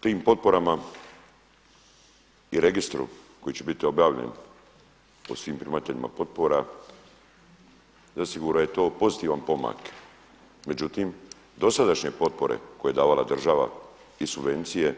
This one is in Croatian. Tim potporama i registru koji će biti objavljen o svim primateljima potpora zasigurno je to pozitivan pomak, međutim dosadašnje potpore koje je davala država i subvencije